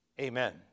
amen